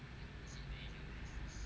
mm mm mm mm